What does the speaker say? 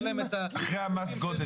אחרי מס הגודש.